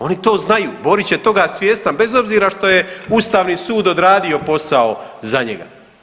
Oni to znaju, Borić je toga svjestan, bez obzira što je Ustavni sud odradio posao za njega.